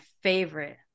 favorite